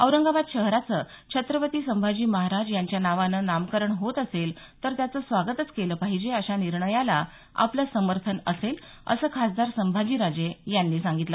औरंगाबाद शहराचं छत्रपती संभाजी महाराज यांच्या नावाने नामकरण होत असेल तर त्याचं स्वागतच केलं पाहिजे अशा निर्णयाला आपलं समर्थन असेल असं खासदार संभाजीराजे यांनी सांगितलं